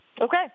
Okay